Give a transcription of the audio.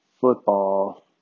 football